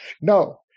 No